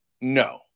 no